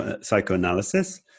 psychoanalysis